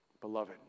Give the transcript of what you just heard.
Beloved